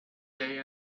day